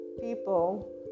People